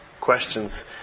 questions